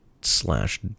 slash